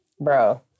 bro